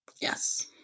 Yes